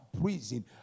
prison